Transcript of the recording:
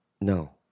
No